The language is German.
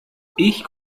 ich